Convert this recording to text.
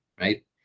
right